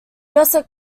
dresser